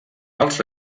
als